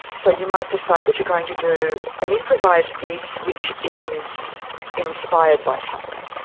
so you might decide that you're going to do an improvised piece which is inspired by something.